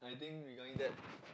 I think regarding that